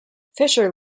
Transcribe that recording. fisher